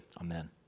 amen